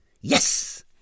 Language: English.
Yes